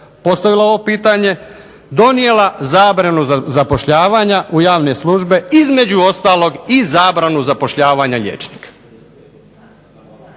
postavila ovo pitanje, donijela zabranu zapošljavanja u javne službe, između ostalog i zabranu zapošljavanja liječnika.